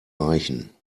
reichen